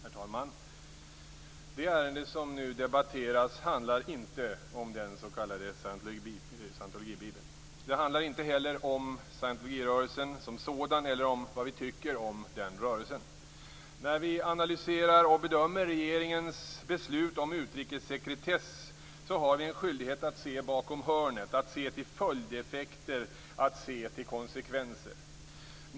Herr talman! Det ärende som nu debatteras handlar inte om den s.k. scientologibibeln. Det handlar inte heller om scientologirörelsen som sådan eller om vad vi tycker om den rörelsen. När vi analyserar och bedömer regeringens beslut om utrikessekretess har vi en skyldighet att se bakom hörnet, att se till följdeffekter, att se till konsekvenser.